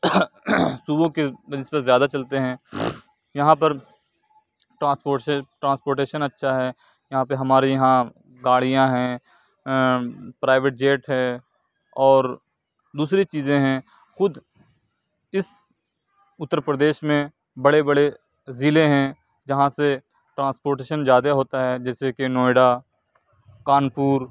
صوبوں کے بہ نسبت زیادہ چلتے ہیں یہاں پر ٹرانسپورشے ٹرانسپورٹیشن اچھا ہے یہاں پہ ہمارے یہاں گاڑیاں ہیں پرائیویٹ جیٹ ہے اور دوسری چیزیں ہیں خود اس اتر پردیش میں بڑے بڑے ضلعے ہیں جہاں سے ٹرانسپورٹیشن زیادہ ہوتا ہے جیسے کہ نوئیڈا کانپور